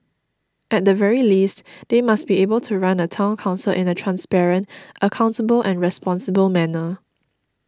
at the very least they must be able to run a Town Council in a transparent accountable and responsible manner